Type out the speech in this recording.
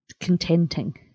contenting